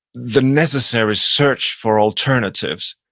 the necessary search for alternatives.